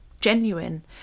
genuine